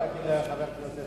אדוני חבר הכנסת,